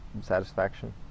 satisfaction